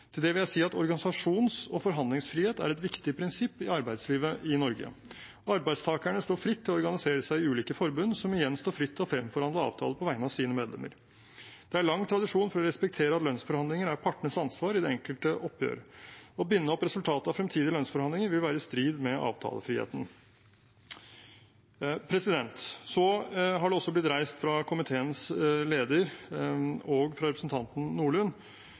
Til det vil jeg si at organisasjons- og forhandlingsfrihet er et viktig prinsipp i arbeidslivet i Norge. Arbeidstakerne står fritt til å organisere seg i ulike forbund, som igjen står fritt til å fremforhandle avtaler på vegne av sine medlemmer. Det er lang tradisjon for å respektere at lønnsforhandlinger er partenes ansvar i det enkelte oppgjør. Å binde opp resultatet av fremtidige lønnsforhandlinger vil være i strid med avtalefriheten. Så har det også blitt reist fra komiteens leder og fra representanten Nordlund